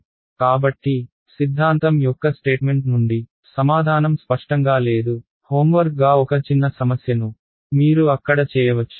కాబట్టి సిద్ధాంతం యొక్క స్టేట్మెంట్ నుండి సమాధానం స్పష్టంగా లేదు హోంవర్క్ గా ఒక చిన్న సమస్యను మీరు అక్కడ చేయవచ్చు